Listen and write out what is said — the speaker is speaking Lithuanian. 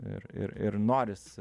ir ir ir noris